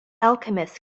alchemist